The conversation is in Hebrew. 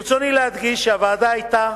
ברצוני להדגיש שהוועדה היתה